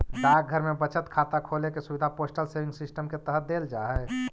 डाकघर में बचत खाता खोले के सुविधा पोस्टल सेविंग सिस्टम के तहत देल जा हइ